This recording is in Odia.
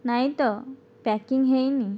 ନାହିଁ ତ ପ୍ୟାକିଂ ହୋଇନାହିଁ